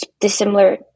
dissimilar